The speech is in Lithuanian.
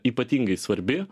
ypatingai svarbi